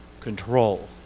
control